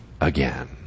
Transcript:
again